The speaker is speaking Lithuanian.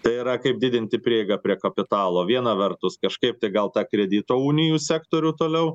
tai yra kaip didinti prieigą prie kapitalo viena vertus kažkaip tai gal tą kredito unijų sektorių toliau